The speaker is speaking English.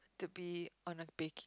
to be on a baking